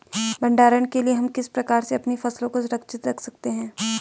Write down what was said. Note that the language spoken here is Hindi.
भंडारण के लिए हम किस प्रकार से अपनी फसलों को सुरक्षित रख सकते हैं?